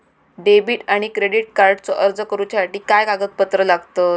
Debit आणि credit कार्डचो अर्ज करुच्यासाठी काय कागदपत्र लागतत?